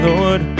Lord